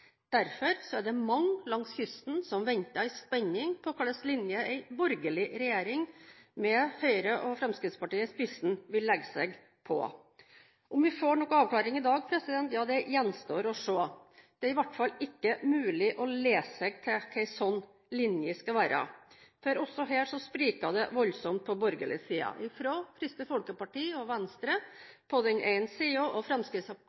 Derfor er det mange langs kysten som venter i spenning på hvilken linje en borgerlig regjering med Høyre og Fremskrittspartiet i spissen vil legge seg på. Om vi får noen avklaring i dag, gjenstår å se. Det er i hvert fall ikke mulig å lese seg til hva en slik linje skal være. For også her spriker det voldsomt på borgerlig side, fra Kristelig Folkeparti og Venstre på den ene siden til Fremskrittspartiet på den helt andre siden – og